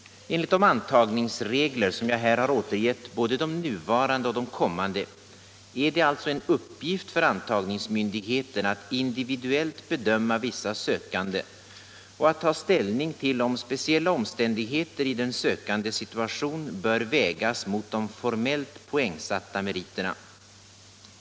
Enligt de antagningsregler som jag här har återgett, både de nuvarande och de kommande, är det alltså en uppgift för antagningsmyndigheten att individuellt bedöma vissa sökande och att ta ställning till om speciella omständigheter i den sökandes situation bör vägas mot de formellt poängsatta meriterna.